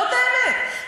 זאת האמת,